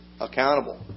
accountable